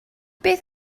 beth